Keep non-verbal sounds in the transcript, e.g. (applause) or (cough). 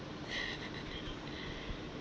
(laughs)